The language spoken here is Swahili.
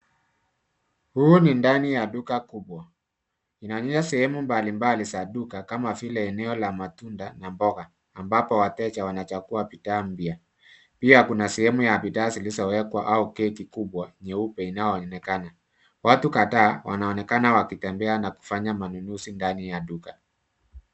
Huu ni ndani ya duka kubwa. Inaonyesha sehemu mbalimbali za duka kama vile eneo la matunda na mboga ambapo wateja wanachagua bidhaa mpya. Pia kuna sehemu ya bidhaa zilizowekwa au keki kubwa nyeupe inayoonekana. Watu kadhaa wanaonekana wakitembea na kufanya manunuzi ndani ya duka.